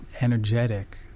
energetic